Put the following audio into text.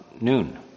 noon